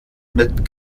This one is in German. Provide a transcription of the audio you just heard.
mit